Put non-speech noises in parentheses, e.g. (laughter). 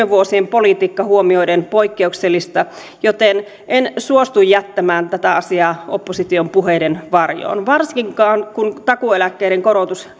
(unintelligible) vuosien politiikka huomioiden poikkeuksellisia joten en suostu jättämään tätä asiaa opposition puheiden varjoon varsinkaan kun takuueläkkeen korotus (unintelligible)